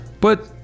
but-